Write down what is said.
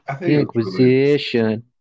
Inquisition